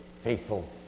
faithful